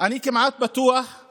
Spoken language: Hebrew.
אם אין דחפורים, אני בטוח שיש